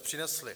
Přinesly.